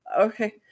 okay